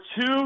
two